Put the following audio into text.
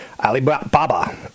Alibaba